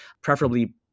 preferably